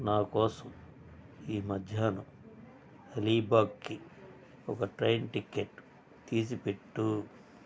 నాకోసం ఈ మధ్యాహ్నం అలీబాగ్కి ఒక ట్రైన్ టికెట్ తీసిపెట్టు